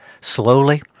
Slowly